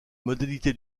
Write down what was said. modalités